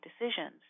decisions